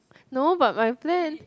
no but my plan